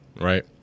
Right